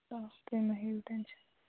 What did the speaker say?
تُہۍ مہٕ ہیٚیِو ٹٮ۪نٛشَن